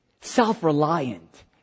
self-reliant